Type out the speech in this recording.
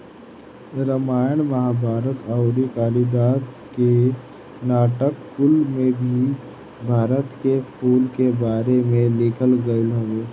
रामायण महाभारत अउरी कालिदास के नाटक कुल में भी भारत के फूल के बारे में लिखल गईल हवे